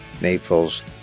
Naples